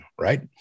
right